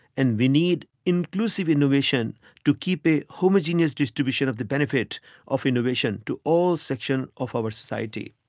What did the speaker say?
and we need inclusive innovation to keep a homogeneous distribution of the benefits of innovation to all sections of our society.